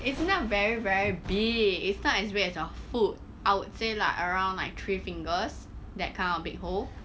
it's not very very big it's not as big as your foot I would say like around like three fingers that kind of big hole